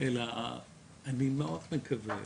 אני מאוד מקווה